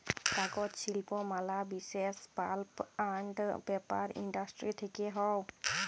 কাগজ শিল্প ম্যালা বিসেস পাল্প আন্ড পেপার ইন্ডাস্ট্রি থেক্যে হউ